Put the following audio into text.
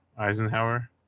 Eisenhower